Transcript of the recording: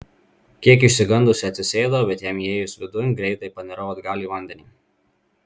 kiek išsigandusi atsisėdau bet jam įėjus vidun greitai panirau atgal į vandenį